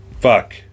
Fuck